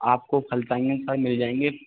आपको कल चाहिए सर मिल जाएंगे